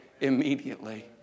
immediately